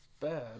Bad